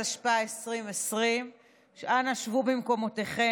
התשפ"א 2020. אנא שבו במקומותיכם.